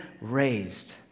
raised